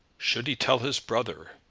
should he tell his brother?